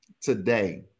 today